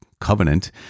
covenant